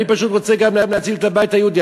אני פשוט רוצה גם להציל את הבית היהודי.